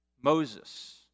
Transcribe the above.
Moses